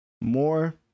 more